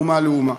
אומה לאומה.